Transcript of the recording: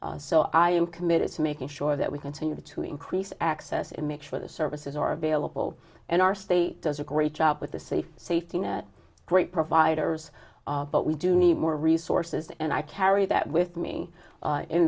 addiction so i am committed to making sure that we continue to increase access in make sure the services are available in our state does a great job with the safe safety net great providers but we do need more resources and i carry that with me